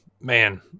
man